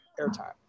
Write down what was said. airtime